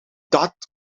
dat